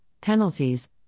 penalties